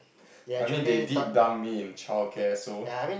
I mean they did dump me in childcare so